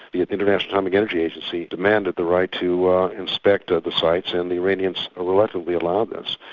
the international atomic energy agency demanded the right to inspect the sites, and the iranians reluctantly allow this.